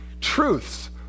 truths